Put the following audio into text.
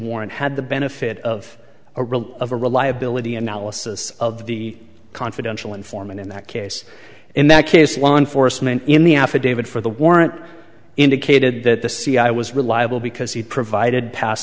warrant had the benefit of a real of a reliability analysis of the confidential informant in that case in that case law enforcement in the affidavit for the warrant indicated that the c i was reliable because he provided pas